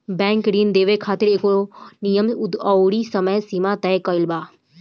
bank ऋण देवे खातिर एगो नियम अउरी समय सीमा तय कईले बा